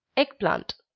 egg plant.